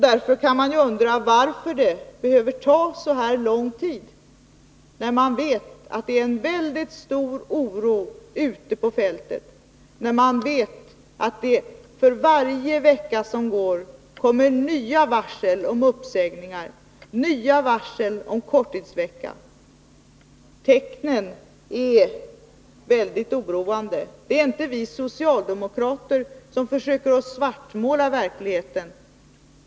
Varför behöver det då ta så lång tid, när man vet att det är stor oro ute på fältet? För varje vecka som går kommer nya varsel om uppsägningar och nya varsel om korttidsvecka. Tecknen är mycket oroande. Det är inte vi socialdemokrater som försöker svartmåla verkligheten.